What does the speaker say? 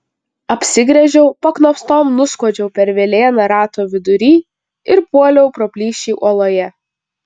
apsigręžiau paknopstom nuskuodžiau per velėną rato vidury ir puoliau pro plyšį uoloje